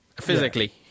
physically